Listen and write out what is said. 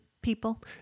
people